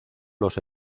los